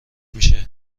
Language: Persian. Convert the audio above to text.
میشه